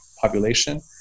population